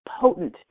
potent